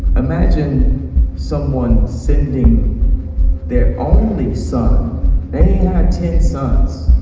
imagine someone sitting there only son they had ten sons